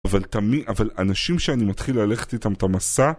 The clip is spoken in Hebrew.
אבל תמי... אבל אנשים שאני מתחיל ללכת איתם, את המסע...